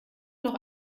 noch